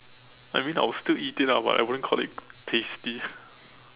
I mean I would still eat it lah but I wouldn't call it tasty